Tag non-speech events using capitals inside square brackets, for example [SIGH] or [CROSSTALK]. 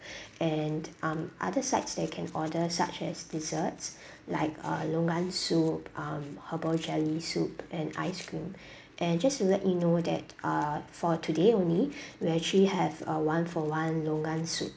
[BREATH] and um other sides that you can order such as desserts [BREATH] like uh longan soup um herbal jelly soup and ice cream [BREATH] and just to let you know that uh for today only [BREATH] we actually have a one-for-one longan soup